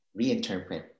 reinterpret